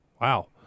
Wow